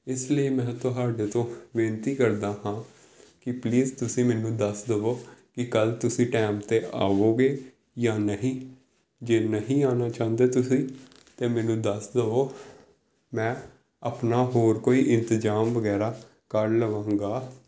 ਇਸ ਲਈ ਮੈਂ ਤੁਹਾਡੇ ਤੋਂ ਬੇਨਤੀ ਕਰਦਾ ਹਾਂ ਕਿ ਪਲੀਜ਼ ਤੁਸੀਂ ਮੈਨੂੰ ਦੱਸ ਦਵੋ ਕਿ ਕੱਲ੍ਹ ਤੁਸੀਂ ਟਾਈਮ 'ਤੇ ਆਵੋਗੇ ਜਾਂ ਨਹੀਂ ਜੇ ਨਹੀਂ ਆਉਣਾ ਚਾਹੁੰਦੇ ਤੁਸੀਂ ਤਾਂ ਮੈਨੂੰ ਦੱਸ ਦਵੋ ਮੈਂ ਆਪਣਾ ਹੋਰ ਕੋਈ ਇੰਤਜਾਮ ਵਗੈਰਾ ਕਰ ਲਵਾਂਗਾ